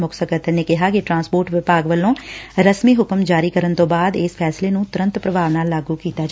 ਮੁੱਖ ਸਕੱਤਰ ਨੇ ਕਿਹਾ ਕਿ ਟਰਾਂਸਪੋਰਟ ਵਿਭਾਗ ਵੱਲੋਂ ਰਸਮੀ ਹੁਕਮ ਜਾਰੀ ਕਰਨ ਤੋਂ ਬਾਅਦ ਇਸ ਫੈਸਲੇ ਨੂੰ ਤੁਰੰਤ ਪ੍ਰਭਾਵ ਨਾਲ ਲਾਗੂ ਕੀਤਾ ਜਾਵੇਗਾ